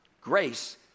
grace